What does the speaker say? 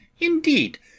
indeed